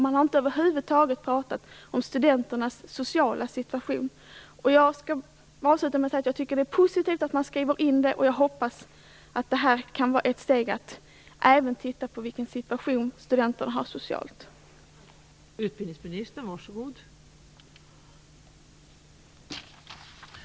Man har över huvud taget inte pratat om studenternas sociala situation. Jag skall avsluta med att säga att jag tycker att det är positivt att det här skrivs in i högskoleförordningen. Jag hoppas att det även leder till att man tittar på studenternas sociala situation.